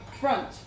front